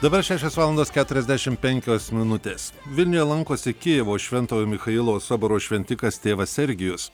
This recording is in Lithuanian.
dabar šešios valandos keturiasdešimt penkios minutės vilniuje lankosi kijevo šventojo michailo soboro šventikas tėvas sergijus